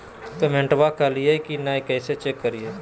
पेमेंटबा कलिए की नय, कैसे चेक करिए?